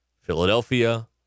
Philadelphia